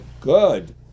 Good